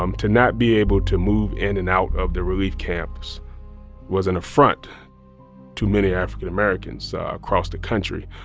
um to not be able to move in and out of the relief camps was an affront to many african americans across the country,